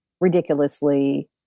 ridiculously